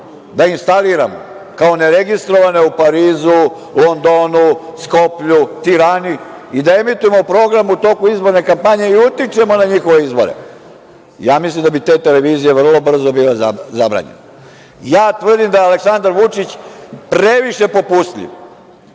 da instaliramo kao ne registrovane u Parizu, Londonu, Skoplju, Tirani i da emitujemo program u toku izborne kampanje i utičemo na njihove izbore? Ja mislim da bi te televizije vrlo brzo bile zabranjene. Ja tvrdim da je Aleksandar Vučić previše popustljiv.